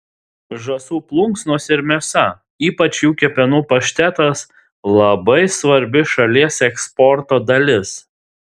žąsų plunksnos ir mėsa ypač jų kepenų paštetas labai svarbi šalies eksporto dalis